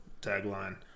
tagline